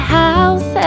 house